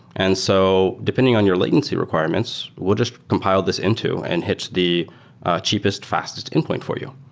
and so depending on your latency requirements, we'll just compile this into and hit the cheapest, fastest endpoint for you.